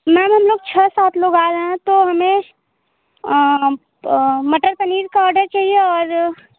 ma'am हम लोग छ सात लोग आ रहे हैं तो हमें प मटर पनीर का ऑर्डर चाहिए और